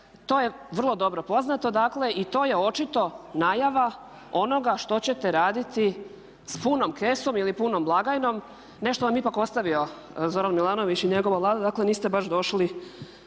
To je vrlo dobro poznato dakle i to je očito najava onoga što ćete raditi s punom kesom ili punom blagajnom. Nešto vam je ipak ostavio Zoran Milanović i njegova Vlada, dakle niste baš došli